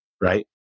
right